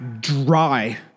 dry